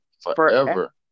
forever